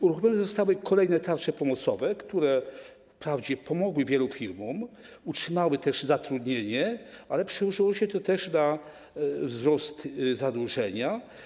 Uruchomione zostały kolejne tarcze pomocowe, które wprawdzie pomogły wielu firmom, utrzymały zatrudnienie, ale przełożyło się to też na wzrost zadłużenia.